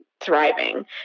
thriving